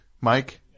Mike